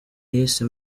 yise